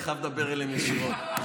אני חייב לדבר אליהם ישירות.